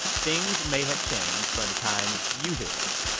things may have changed by the time you hear this.